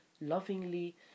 lovingly